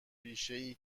بیشهای